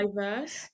diverse